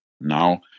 Now